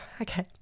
okay